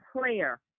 prayer